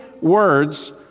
words